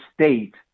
state